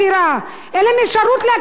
אין להם אפשרות להקים משפחה.